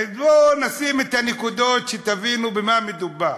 בואו ונשים את הנקודות כדי שתבינו במה מדובר.